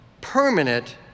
permanent